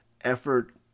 effort